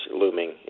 looming